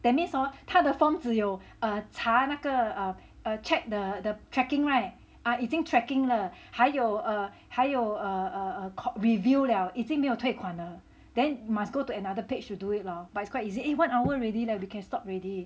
that means hor 他的 form 只有差那个 err check the the tracking [right] ah 已经 tracking 了还有还有 err err court review liao 已经没有退款呢 then must go to another page to do it lor but it's quite easy eh one hour already leh we can stop already